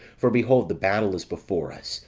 for behold the battle is before us,